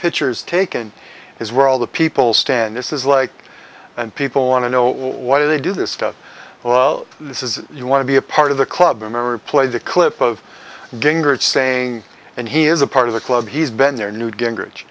pictures taken is where all the people stand this is like and people want to know why do they do this stuff well this is you want to be a part of the club remember played the clip of gingrich saying and he is a part of the club he's been there newt gingrich